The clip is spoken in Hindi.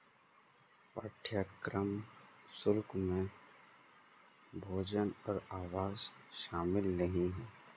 पाठ्यक्रम शुल्क में भोजन और आवास शामिल नहीं है